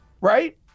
right